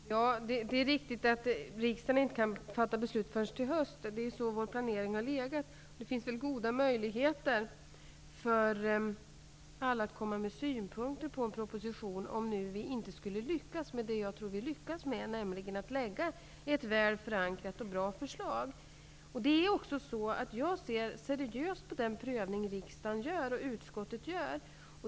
Fru talman! Det är riktigt att riksdagen inte kan fatta beslut förrän i höst. Det är så vår planering ligger. Det finns goda möjligheter för alla att komma med synpunkter på en proposition om vi inte skulle lyckas med att lägga ett väl förankrat och bra förslag, men jag tror att vi lyckas med det. Jag ser seriöst på den prövning riksdagen och utskottet gör.